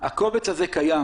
הקובץ הזה קיים.